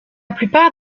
plupart